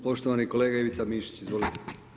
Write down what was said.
Poštovani kolega Ivica Mišić, izvolite.